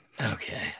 Okay